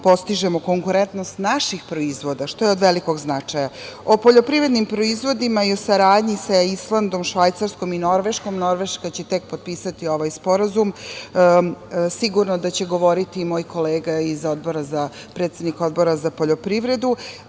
postižemo konkurentnost naših proizvoda, što je od velikog značaja.O poljoprivrednim proizvodima i o saradnji sa Islandom, Švajcarskom i Norveškom, Norveška će tek potpisati ovaj sporazum, sigurno da će govoriti moj kolega, predsednik Odbora za poljoprivredu,